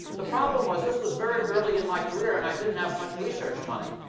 the problem was this was very early in my career. and i didn't have much research money.